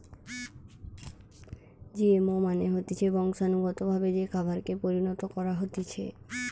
GMO মানে হতিছে বংশানুগতভাবে যে খাবারকে পরিণত করা হতিছে